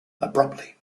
abruptly